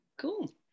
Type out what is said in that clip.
Cool